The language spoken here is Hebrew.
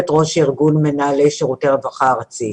ראש ארגון מנהלי שירותי הרווחה הארצית.